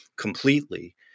completely